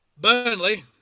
Burnley